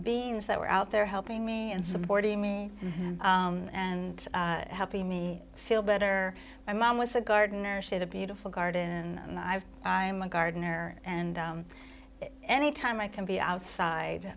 beings that were out there helping me and supporting me and helping me feel better my mom was a gardener she had a beautiful garden and i am a gardener and anytime i can be outside